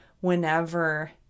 whenever